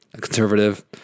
conservative